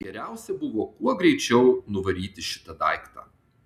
geriausia buvo kuo greičiau nuvaryti šitą daiktą